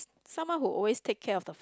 someone who always take care of the